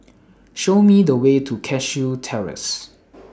Show Me The Way to Cashew Terrace